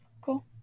Cool